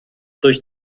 durch